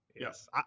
Yes